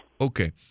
Okay